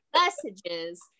messages